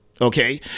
Okay